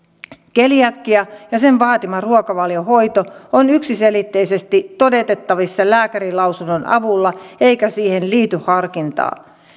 keliakia ja sen vaatima ruokavaliohoito on yksiselitteisesti todennettavissa lääkärinlausunnon avulla eikä siihen liity harkintaa